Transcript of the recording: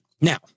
Now